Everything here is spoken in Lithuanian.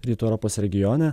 rytų europos regione